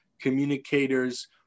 communicators